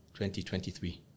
2023